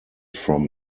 from